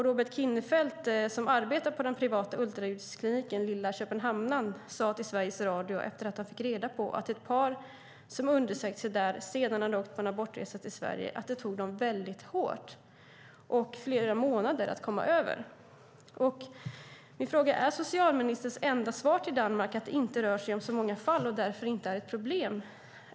Robert Kinnerfeldt som arbetar på den privata ultraljudskliniken Lille Københavner sade till Sveriges Radio efter att han fick reda på att ett par som undersökt sig där sedan hade åkt på abortresa till Sverige att det tog dem väldigt hårt. Det tog flera månader att komma över. Mina frågor är: Är socialministerns enda svar till Danmark att det inte rör sig om så många fall och att det därför inte är ett problem?